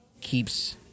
keeps